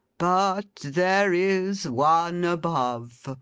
but there is one above.